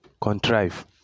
contrive